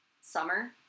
summer